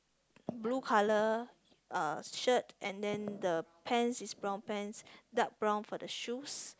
blue colour uh shirt and then the pants is brown pants dark brown for the shoes